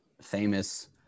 famous